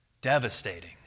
Devastating